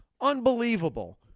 Unbelievable